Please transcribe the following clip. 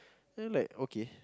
and I'm like okay